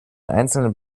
einzelnen